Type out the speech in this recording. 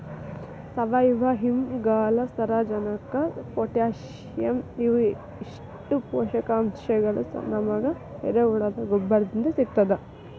ಸಾವಯುವಇಂಗಾಲ, ಸಾರಜನಕ ಪೊಟ್ಯಾಸಿಯಂ ಇವು ಇಷ್ಟು ಪೋಷಕಾಂಶಗಳು ನಮಗ ಎರೆಹುಳದ ಗೊಬ್ಬರದಿಂದ ಸಿಗ್ತದ